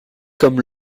comme